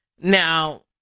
Now